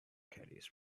caddies